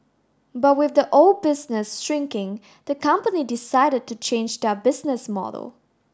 but with the old business shrinking the company decided to change their business model